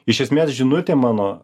iš esmės žinutė mano